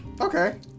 okay